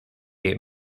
eight